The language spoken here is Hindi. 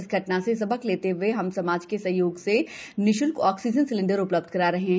इस घटना से सबक लेते हुए हम समाज के सहयोग निशुल्क आक्सीजन सिलेंडर उपलब्ध करा रहे हैं